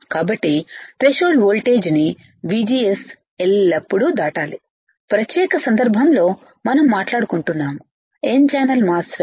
కాబట్టి threshold voltage ని VGS ఎల్లప్పుడూ దాటాలి ప్రత్యేక సందర్భంలో మనం మాట్లాడు కుంటున్నాము n ఛానల్ మాస్ ఫెట్